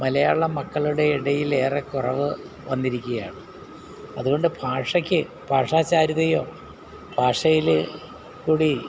മലയാളം മക്കളുടെ ഇടയിൽ ഏറെ കുറവ് വന്നിരിക്കയാണ് അതുകൊണ്ട് ഭാഷയ്ക്ക് ഭാഷ ചാരുതയോ ഭാഷയിൽ കൂടി